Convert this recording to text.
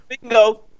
Bingo